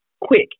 quick